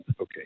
Okay